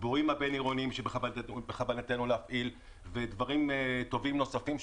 התגבורים הבין-עירוניים שבכוונתנו להפעיל ודברים טובים נוספים,